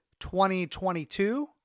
2022